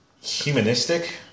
humanistic